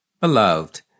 Beloved